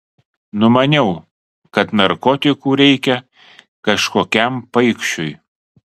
numaniau kad narkotikų reikia kažkokiam paikšiui